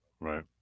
Right